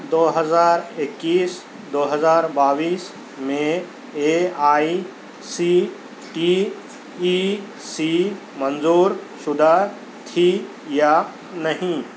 دو ہزار اکیس دو ہزار بائیس میں A I C T E سی منظور شدہ تھی یا نہیں